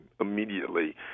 immediately